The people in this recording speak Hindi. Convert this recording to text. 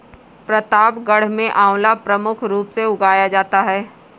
प्रतापगढ़ में आंवला प्रमुख रूप से उगाया जाता है